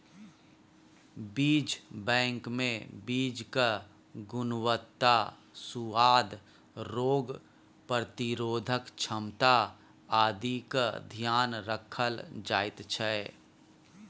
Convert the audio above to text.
बीज बैंकमे बीजक गुणवत्ता, सुआद, रोग प्रतिरोधक क्षमता आदिक ध्यान राखल जाइत छै